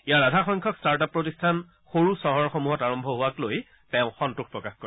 ইয়াৰ আধা সংখ্যক start up প্ৰতিষ্ঠান সৰু চহৰসমূহত আৰম্ভ হোৱাক লৈ তেওঁ সন্তোষ প্ৰকাশ কৰে